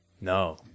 no